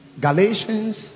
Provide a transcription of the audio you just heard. Galatians